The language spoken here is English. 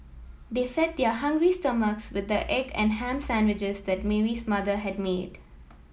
they fed their hungry stomachs with the egg and ham sandwiches that Mary's mother had made